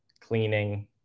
cleaning